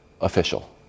official